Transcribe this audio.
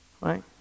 Right